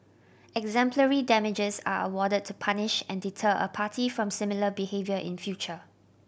exemplary damages are awarded to punish and deter a party from similar behaviour in future